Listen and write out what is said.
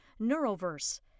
Neuroverse